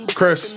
Chris